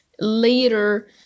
later